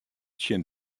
tsjin